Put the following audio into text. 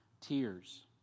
tears